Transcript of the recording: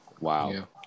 Wow